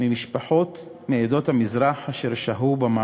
זה בלתי אפשרי, זה גורם